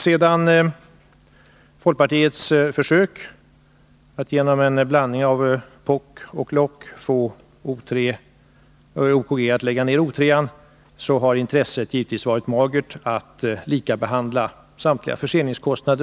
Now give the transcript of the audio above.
Sedan folkpartiets försök att genom en blandning av lock och pock få OKG att lägga ned O3 misslyckats, så har intresset givetvis varit magert att likabehandla samtliga förseningskostnader.